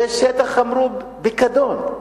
השטח הזה, אמרו, פיקדון.